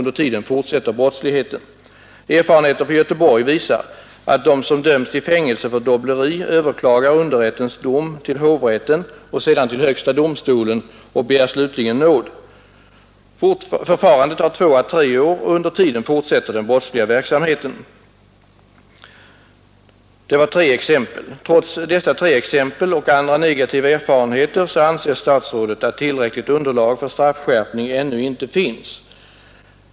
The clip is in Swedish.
Erfarenheten från Göteborg visar att de som dömts till fängelse för dobbleri överklagar underrättens dom till hovrätten och sedan högsta domstolen och begär slutligen nåd. Förfarandet tar två 4 tre år, och under tiden fortsätter den brottsliga verksamheten. Det var tre exempel på skäl för ett ställningstagande nu. Trots dessa tre exempel och andra negativa erfarenheter anser statsrådet att tillräckligt underlag för straffskärpning ännu inte finns.